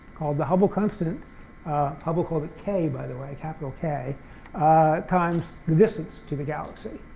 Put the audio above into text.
called the hubble constant hubble called it k, by the way, capital k times the distance to the galaxy,